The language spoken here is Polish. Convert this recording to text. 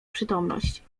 przytomność